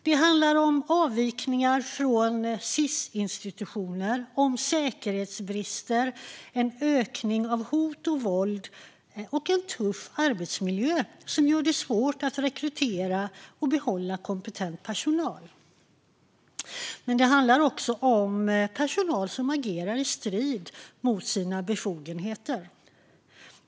Det handlar om avvikningar från Sis-institutioner, säkerhetsbrister, en ökning av hot och våld och en tuff arbetsmiljö som gör det svårt att rekrytera och behålla kompetent personal. Men det handlar också om personal som agerar i strid med sina befogenheter.